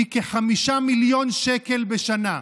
הוא כ-5 מיליון שקל בשנה.